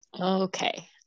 Okay